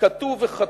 כתוב וחתום,